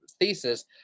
thesis